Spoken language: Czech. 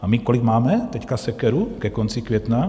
A kolik máme teď sekeru ke konci května?